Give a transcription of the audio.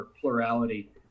plurality